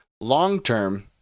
long-term